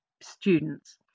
students